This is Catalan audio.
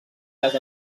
les